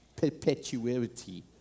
Perpetuity